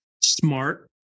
smart